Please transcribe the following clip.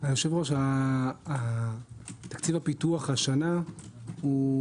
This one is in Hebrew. היושב-ראש, תקציב הפיתוח השנה הוא